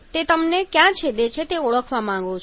તેથી તમે માત્ર ક્યાં છેદે છે તે ઓળખવા માંગો છો